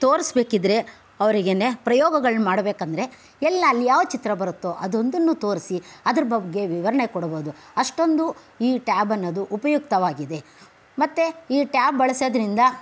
ತೋರಿಸ್ಬೇಕಿದ್ರೆ ಅವರಿಗೇ ಪ್ರಯೋಗಗಳು ಮಾಡಬೇಕೆಂದ್ರೆ ಎಲ್ಲೆಲ್ಲಿ ಯಾವ ಚಿತ್ರ ಬರುತ್ತೊ ಅದೊಂದನ್ನು ತೋರಿಸಿ ಅದ್ರ ಬಗ್ಗೆ ವಿವರಣೆ ಕೊಡ್ಬೋದು ಅಷ್ಟೊಂದು ಈ ಟ್ಯಾಬ್ ಅನ್ನೋದು ಉಪಯುಕ್ತವಾಗಿದೆ ಮತ್ತು ಈ ಟ್ಯಾಬ್ ಬಳಸೋದ್ರಿಂದ